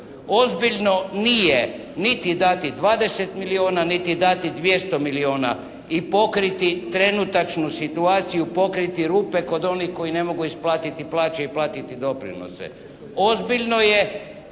Ozbiljno nije niti dati 20 milijuna, niti dati 200 milijuna i pokriti trenutačnu situaciju, pokriti rupe kod onih koji ne mogu isplatiti plaće i platiti doprinose. Ozbiljno je